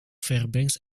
fairbanks